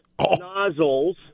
nozzles